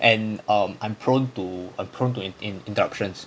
and um I'm prone to I'm prone to in~ in~ inductions